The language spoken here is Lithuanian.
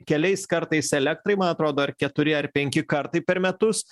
keliais kartais elektrai man atrodo ar keturi ar penki kartai per metus